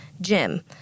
Jim